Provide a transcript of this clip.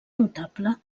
notable